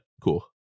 Cool